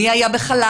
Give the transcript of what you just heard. מי היה בחל"ת,